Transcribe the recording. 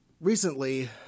Recently